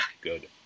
good